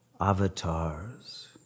avatars